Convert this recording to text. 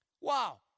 Wow